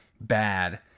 bad